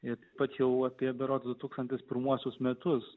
ir tačiau apie berods du tūkstantis pirmuosius metus